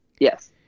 Yes